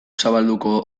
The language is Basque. zabalduko